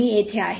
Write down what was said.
मी येथे आहे